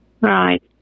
Right